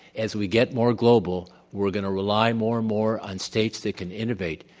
as we get more global, we're going to rely more and more on states that can innovate.